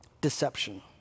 deception